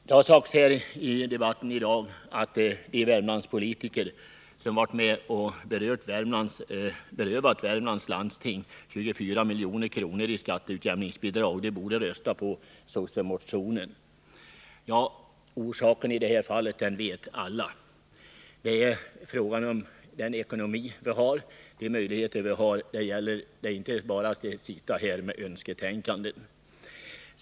Det har sagts i debatten här i dag att de Värmlandspolitiker som varit med omatt beröva Värmlands läns landsting 24 milj.kr. i skatteutjämningsbidrag borde rösta för den socialdemokratiska motionen. Bakgrunden till det fattade beslutet är allmänt bekant. Det gäller en fråga om ekonomiska möjligheter — vi kan inte hänge oss åt något önsketänkande.